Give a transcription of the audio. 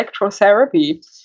electrotherapy